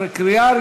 חזן.